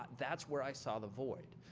that's where i saw the void,